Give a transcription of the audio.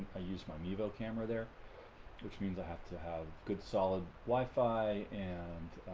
i use my me vel camera there which means i have to have good solid wi-fi and